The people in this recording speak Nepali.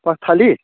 पथाली